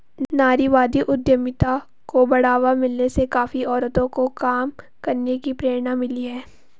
नारीवादी उद्यमिता को बढ़ावा मिलने से काफी औरतों को काम करने की प्रेरणा मिली है